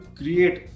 create